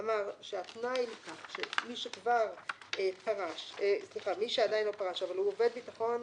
אמר שהתנאי לכך שמי שעדיין לא פרש אבל הוא עובד ביטחון,